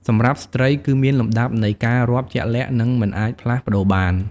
សម្រាប់ ស្ត្រី គឺមានលំដាប់នៃការរាប់ជាក់លាក់ និងមិនអាចផ្លាស់ប្ដូរបាន។